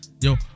yo